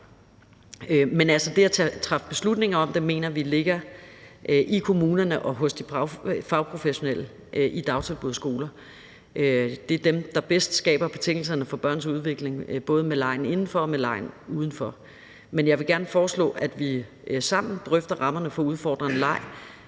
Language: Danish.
Men altså, det at træffe beslutninger om det, mener vi altså ligger i kommunerne og hos de fagprofessionelle i dagtilbud og skoler. Det er dem, der bedst skaber betingelserne for børns udvikling både med legen indenfor og med legen udenfor. Men jeg vil gerne foreslå, at vi sammen drøfter rammerne for udfordrende leg